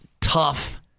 Tough